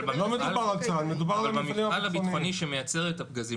אבל המפעל הביטחוני שמייצר את הפגזים